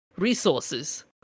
resources